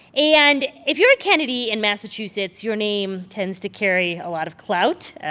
and if you're a kennedy in massachusetts, your name tends to carry a lot of clout.